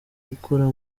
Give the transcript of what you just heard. gukora